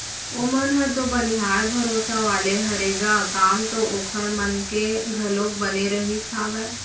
ओमन ह तो बनिहार भरोसा वाले हरे ग काम तो ओखर मन के घलोक बने रहिस हावय